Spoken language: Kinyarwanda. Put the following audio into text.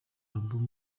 album